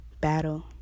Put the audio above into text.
battle